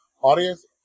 audience